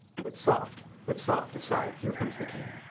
but soft! but soft! aside here comes the king.